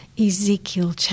Ezekiel